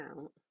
out